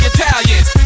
Italians